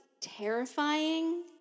terrifying